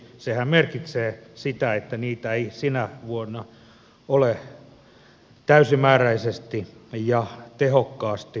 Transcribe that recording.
sehän merkitsee sitä että niitä ei sinä vuonna ole täysimääräisesti ja tehokkaasti käytetty